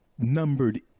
numbered